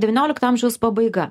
devyniolikto amžiaus pabaiga